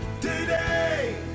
today